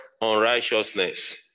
unrighteousness